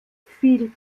viel